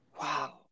Wow